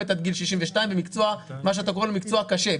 עד גיל 62 במקצוע שאתה קורא לו מקצוע קשה,